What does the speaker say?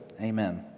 Amen